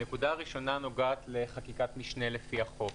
הנקודה הראשונה נוגעת לחקיקת משנה לפי החוק.